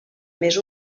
més